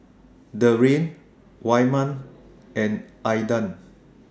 Darrian Wyman and Aydan